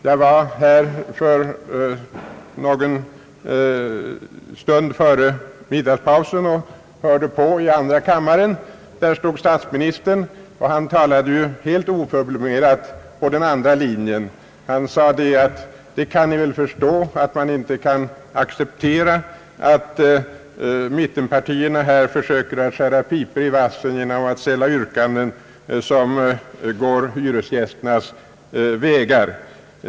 Jag var någon stund före middagspausen och hörde på debatten i andra kammaren, där statsministern helt oförblommerat talade efter den andra linjen. Han sade, måhända något fritt omskrivet: »Ni kan väl förstå att man inte kan acceptera att mittenpartierna här försöker skära pipor i vassen genom att ställa yrkanden som går hyresgästernas ärenden.